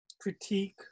critique